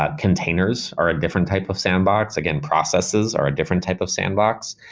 ah containers are a different type of sandbox. again, processes are a different type of sandbox.